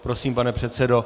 Prosím, pane předsedo.